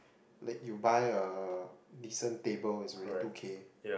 like you buy a decent table is already two K